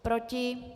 Proti?